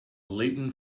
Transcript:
layton